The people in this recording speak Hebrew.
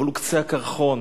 אבל הוא קצה הקרחון.